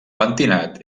pentinat